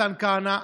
מתן כהנא,